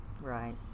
right